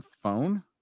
phone